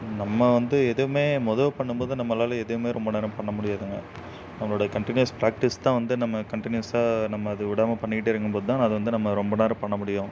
நம்ம வந்து எதுவுமே மொத பண்ணும்போது நம்மளால் எதுவுமே ரொம்ப நேரம் பண்ண முடியாதுங்க நம்மளோடய கண்டினியூஸ் ப்ராக்டிஸ் தான் வந்து நம்ம கண்டினியூஸாக நம்ம அது விடாமல் பண்ணிக்கிட்டே இருக்கும்போது தான் அது வந்து நம்ம ரொம்ப நேரம் பண்ண முடியும்